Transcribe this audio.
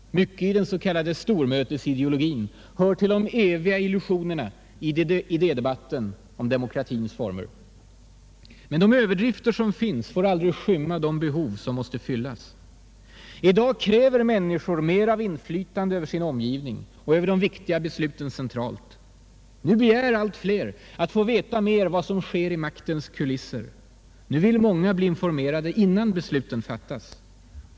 Mycket i den s.k. stormötesideologien hör till de eviga illusionerna i idédebatten om demokratins former. Men de överdrifter som finns får aldrig skymma de behov som måste fyllas. I dag kräver människor mer av inflytande över sin omgivning och över de viktiga besluten centralt. Nu begär allt fler att få veta mer om vad som sker i maktens kulisser. Nu vill många bli informerade innan besluten fattats.